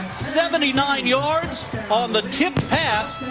seventy nine yards on the tipped pass.